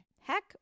Heck